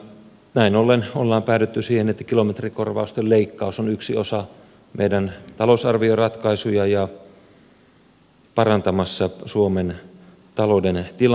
näin ollen on päädytty siihen että kilometrikorvausten leikkaus on yksi osa meidän talousarvioratkaisujamme ja parantamassa suomen talouden tilannetta